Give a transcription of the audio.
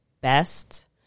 best –